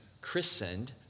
christened